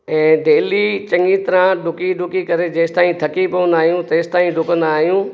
ऐं डेली चंङी तरह डुकी डुकी करे जेंसि ताईं थकी पवंदा आहियूं तेसि ताईं डुकंदा आहियूं